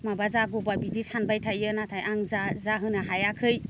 माबा जागौब्ला बिदि सानबाय थायो नाथाय आं जा जाहोनो हायाखै